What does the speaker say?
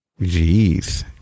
Jeez